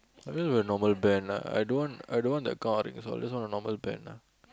I just want a normal band lah I don't want I don't want the gold rings I just want a normal band lah